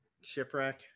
Shipwreck